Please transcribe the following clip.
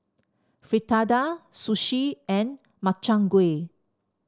Fritada Sushi and Makchang Gui